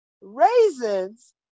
Raisins